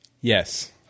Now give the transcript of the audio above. yes